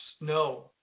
No